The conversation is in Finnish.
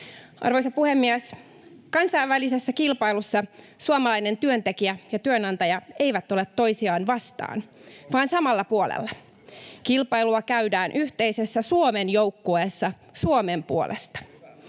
Arvoisa puhemies! Kansainvälisessä kilpailussa suomalainen työntekijä ja työnantaja eivät ole toisiaan vastaan, vaan samalla puolella. Kilpailua käydään yhteisessä Suomen joukkueessa, Suomen puolesta.